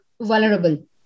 vulnerable